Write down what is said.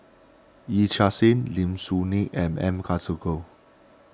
Yee Chia Hsing Lim Soo Ngee and M Karthigesu